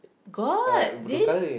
got then